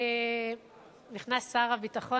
נכנס שר הביטחון,